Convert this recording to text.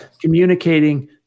communicating